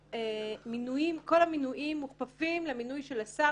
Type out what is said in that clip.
כל המינויים מוכפפים למינוי של השר,